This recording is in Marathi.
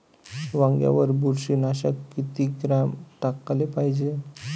वांग्यावर बुरशी नाशक किती ग्राम टाकाले पायजे?